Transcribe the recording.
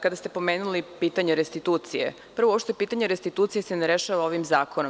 Kada ste pomenuli pitanje restitucije, prvo, uopšte se pitanje restitucije ne rešava ovim zakonom.